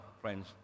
friends